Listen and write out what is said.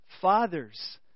Fathers